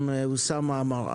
גם אוסאמה אמר את זה.